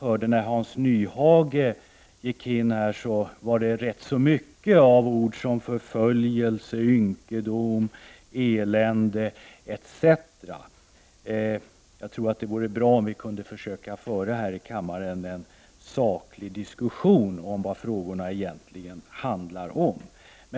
I Hans Nyhages anförande fanns ord som förföljelse, ynkedom, elände etc. Jag tror att det vore bra om vi kunde försöka att här i kammaren föra en saklig diskussion om det som betänkandena egentligen handlar om.